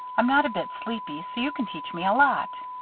i'm not a bit sleepy, so you can teach me a lot.